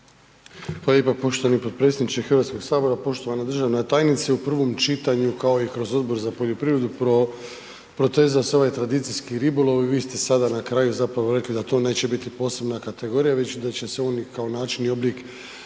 lijepo poštovani potpredsjedniče HS-a, poštovana državna tajnice. U prvom čitanju, kao i kroz Odbor za poljoprivredu protezao se ovaj tradicijski ribolov i vi ste sada na kraju zapravo rekli da to neće biti posebna kategorija već da će se oni kao način i oblik